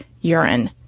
urine